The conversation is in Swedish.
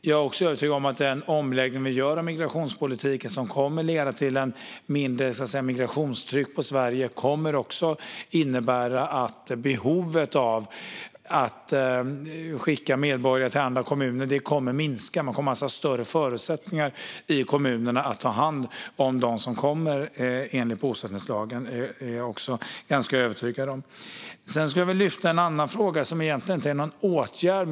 Jag är också övertygad om att omläggningen av migrationspolitiken kommer att leda till ett mindre migrationstryck på Sverige, och det kommer att innebära att behovet av att skicka medborgare till andra kommuner kommer att minska. Kommunerna kommer därför att ha bättre förutsättningar att ta hand om dem som kommer enligt bosättningslagen. Jag vill ta upp en annan sak som egentligen inte är en åtgärd.